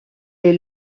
est